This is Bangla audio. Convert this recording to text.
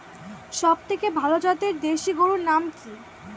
সবথেকে ভালো জাতের দেশি গরুর নাম কি?